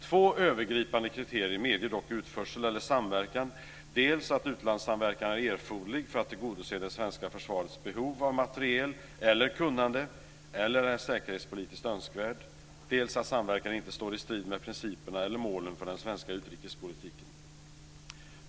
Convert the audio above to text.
Två övergripande kriterier medger dock utförsel eller samverkan: dels att utlandssamverkan är erforderlig för att tillgodose det svenska försvarets behov av materiel eller kunnande eller är säkerhetspolitiskt önskvärd, dels att samverkan inte står i strid med principerna eller målen för den svenska utrikespolitiken.